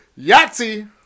Yahtzee